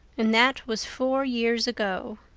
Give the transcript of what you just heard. and that was four years ago.